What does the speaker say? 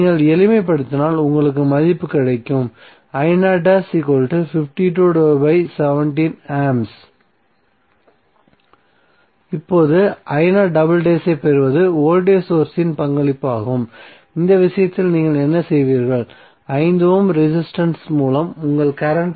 நீங்கள் எளிமைப்படுத்தினால் உங்களுக்கு மதிப்பு கிடைக்கும் இப்போது ஐப் பெறுவது வோல்டேஜ் சோர்ஸ் இன் பங்களிப்பாகும் இந்த விஷயத்தில் நீங்கள் என்ன செய்வீர்கள் 5 ஓம் ரெசிஸ்டன்ஸ் மூலம் உங்கள் கரண்ட்